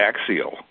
axial